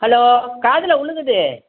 hello காதில் விலுகுது